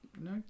No